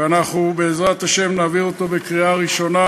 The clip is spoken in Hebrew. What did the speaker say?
ובעזרת השם נעביר אותו בקריאה ראשונה,